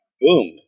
boom